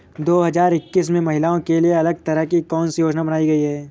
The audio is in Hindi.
दो हजार इक्कीस में महिलाओं के लिए अलग तरह की कौन सी योजना बनाई गई है?